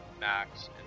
max